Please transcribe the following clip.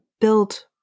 build